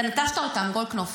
אתה נטשת אותם, גולדקנופ.